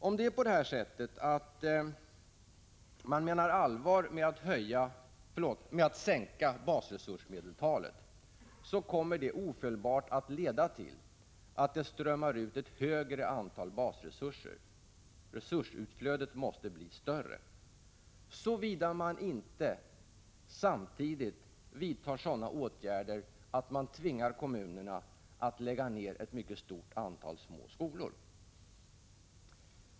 Om man menar allvar med att sänka basresursmedeltalet, kommer det ofelbart att leda till att det strömmar ut ett större antal basresurser. Resursutflödet måste bli större, såvida man inte samtidigt vidtar sådana åtgärder att man tvingar kommunerna att lägga ned ett mycket stort antal små skolor.